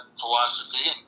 philosophy